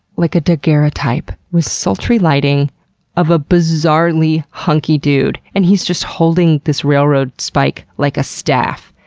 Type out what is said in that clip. like, a daguerreotype with sultry lighting of a bizarrely hunky dude, and he's just holding this railroad spike like a staff.